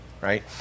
right